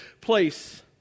place